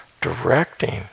directing